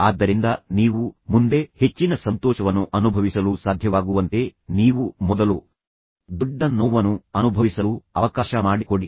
ಆದ್ದರಿಂದ ನೀವು ಮುಂದೆ ಹೆಚ್ಚಿನ ಸಂತೋಷವನ್ನು ಅನುಭವಿಸಲು ಸಾಧ್ಯವಾಗುವಂತೆ ನೀವು ಮೊದಲು ದೊಡ್ಡ ನೋವನ್ನು ಅನುಭವಿಸಲು ಅವಕಾಶ ಮಾಡಿಕೊಡಿ